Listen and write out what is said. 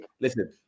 listen